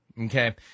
Okay